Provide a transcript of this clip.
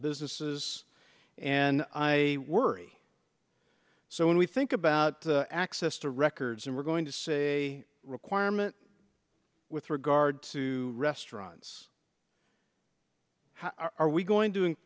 businesses and i worry so when we think about access to records and we're going to see a requirement with regard to restaurants how are we going to in